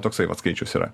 toksai vat skaičius yra